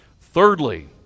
Thirdly